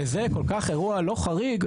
וזה כל כך אירוע לא חריג,